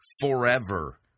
forever